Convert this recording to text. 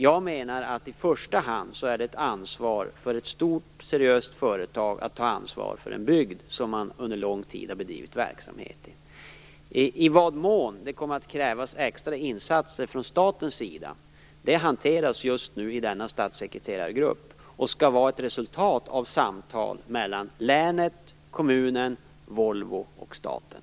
Jag menar att det i första hand tillkommer ett stort, seriöst företag att ta ansvar för en bygd som man under lång tid har bedrivit verksamhet i. I vad mån det kommer att krävas extra insatser från staten undersöks just nu i statssekreterargruppen. Det skall vara ett resultat av samtal mellan länet, kommunen, Volvo och staten.